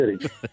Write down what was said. City